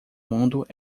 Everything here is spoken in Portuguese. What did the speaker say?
mundo